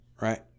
right